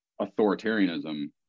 authoritarianism